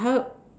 how